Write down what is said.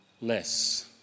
less